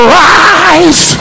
rise